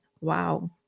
wow